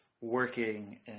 working